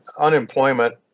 unemployment